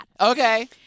Okay